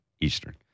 Eastern